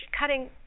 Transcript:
cutting